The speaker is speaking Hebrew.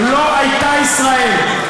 לא הייתה ישראל.